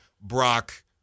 Brock